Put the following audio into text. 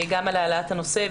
גם על העלאת הנושא,